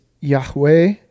Yahweh